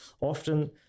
Often